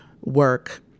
work